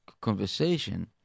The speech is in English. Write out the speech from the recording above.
conversation